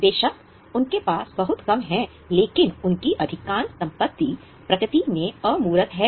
बेशक उनके पास बहुत कम है लेकिन उनकी अधिकांश संपत्ति प्रकृति में अमूर्त है